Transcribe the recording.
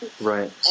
Right